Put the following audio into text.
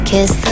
Kiss